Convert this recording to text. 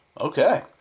Okay